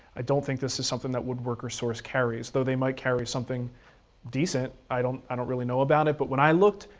i don't think this is something that woodworker's source carries, though they might carry something decent. i don't i don't really know about it, but when i looked,